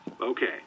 Okay